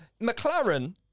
McLaren